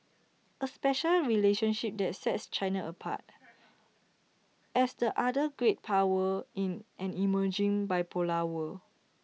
A special relationship that sets China apart as the other great power in an emerging bipolar world